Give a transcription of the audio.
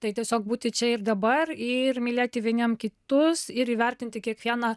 tai tiesiog būti čia ir dabar ir mylėti vieniem kitus ir įvertinti kiekvieną